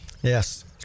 yes